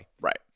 right